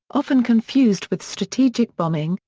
often confused with strategic bombing,